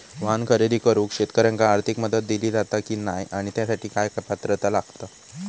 वाहन खरेदी करूक शेतकऱ्यांका आर्थिक मदत दिली जाता की नाय आणि त्यासाठी काय पात्रता लागता?